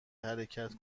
حرکت